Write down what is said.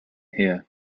here